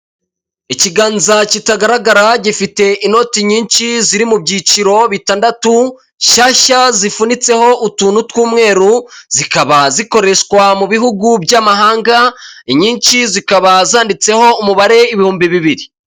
Ikiganza kitagaragara gifite inoti nyinshi ziri mu byiciro bitandatu, nshyashya zifunitseho utuntu tw'umweru, zikaba zikoreshwa mu bihugu by'amahanga, inyinshi zikaba zanditseho umubare ibihumbi bibiri.